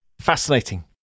Fascinating